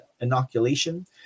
inoculation